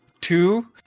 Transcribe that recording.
two